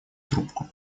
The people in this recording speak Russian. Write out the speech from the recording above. трубку